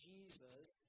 Jesus